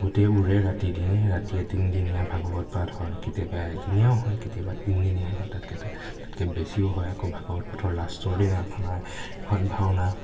গোটেই ওৰে ৰাতি দিনে ৰাতিয়ে তিনিদিনীয়া ভাগৱত পাঠ হয় কেতিয়াবা এদিনীয়াও হয় কেতিয়াবা তিনিদিনীয়া হয় তাতকৈ তাতকৈ বেছিও হয় আকৌ ভাগৱত পাঠৰ লাষ্টৰ দিনাখনত এখন ভাওনা